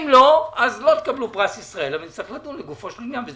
אם לא, נצטרך לדון לגופו של עניין, אבל